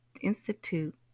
institute